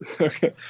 Okay